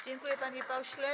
Dziękuję, panie pośle.